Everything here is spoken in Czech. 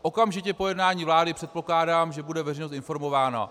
Okamžitě po jednání vlády předpokládám, že bude veřejnost informována.